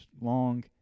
long